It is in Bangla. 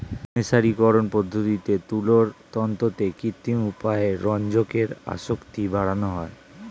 মের্সারিকরন পদ্ধতিতে তুলোর তন্তুতে কৃত্রিম উপায়ে রঞ্জকের আসক্তি বাড়ানো হয়